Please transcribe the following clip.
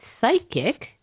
psychic